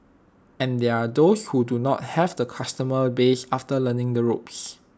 and there are those who do not have the customer base after learning the ropes